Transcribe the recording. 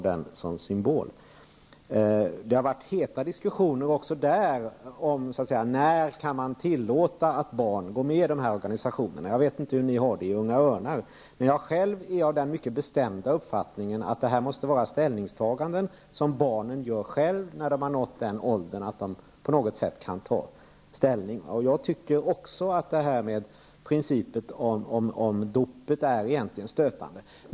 Det har varit heta diskussioner även där om när man kan tillåta att barn går med i dessa organisationer. Jag vet inte hur ni har det i Unga Örnar, men jag är själv av den mycket bestämda uppfattningen att detta måste vara ställningstaganden som barnen gör själva när de har nått den ålder då de på något sätt kan ta ställning. Jag tycker egentligen att principen med dopet är stötande.